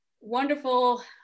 wonderful